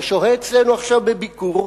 ששוהה אצלנו עכשיו בביקור,